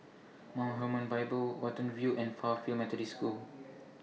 Mount Hermon Bible Watten View and Fairfield Methodist School